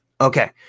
Okay